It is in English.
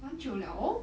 蛮久了哦